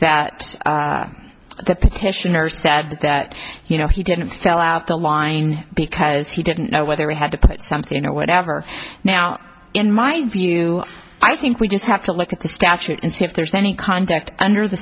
that the petitioner said that you know he didn't fill out the line because he didn't know whether we had to cut something or whatever now in my view i think we just have to look at the statute and see if there's any conduct under the